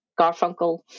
garfunkel